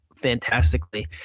fantastically